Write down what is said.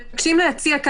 אני מציעה